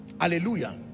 hallelujah